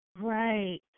Right